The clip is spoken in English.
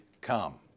come